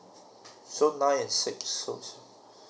so nine and six so